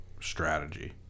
strategy